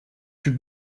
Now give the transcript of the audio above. plus